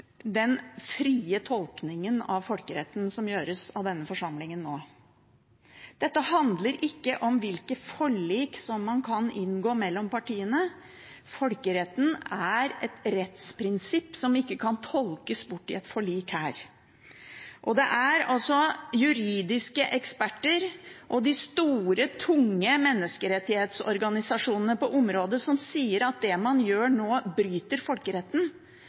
den frie tolkningen av folkeretten som gjøres av denne forsamlingen nå. Dette handler ikke om hvilke forlik som man kan inngå mellom partiene. Folkeretten er et rettsprinsipp som ikke kan tolkes bort i et forlik her. Juridiske eksperter og de store, tunge menneskerettighetsorganisasjonene på området sier at det man gjør nå, bryter med folkeretten.